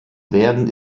werden